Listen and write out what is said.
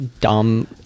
dumb